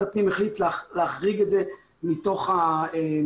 הפנים החליט להחריג את זה מתוך המכרז.